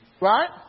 Right